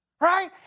Right